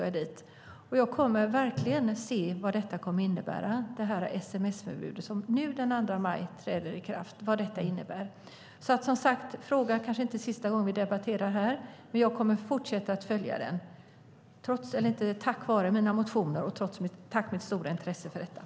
Jag kommer framöver att se vad detta sms-förbud kommer att innebära som ska träda i kraft den 2 maj. Det är kanske inte sista gången vi debatterar frågan här. Jag kommer att fortsätta att följa den tack vare mitt stora intresse för detta och mina motioner i frågan.